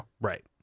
right